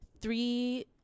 three